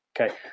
Okay